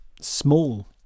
small